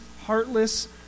heartless